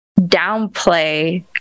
downplay